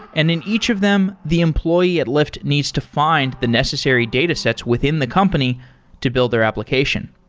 and in each of them, the employee at lyft needs to find the necessary datasets within the company to build their application.